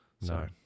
No